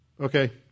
Okay